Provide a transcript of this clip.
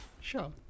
sure